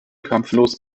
kampflos